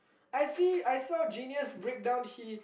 I see I saw genius breakdown he